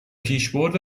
پیشبرد